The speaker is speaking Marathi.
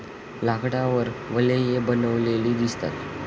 लाकडावर वलये बनलेली दिसतात